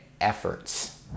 efforts